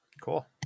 Cool